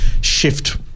shift